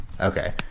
Okay